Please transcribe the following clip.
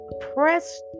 press